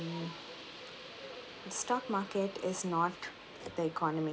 mm stock market is not the economy